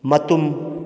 ꯃꯇꯨꯝ